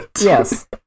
Yes